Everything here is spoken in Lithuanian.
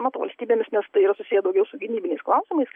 nato valstybėmis nes tai yra susiję daugiau su gynybiniais klausimais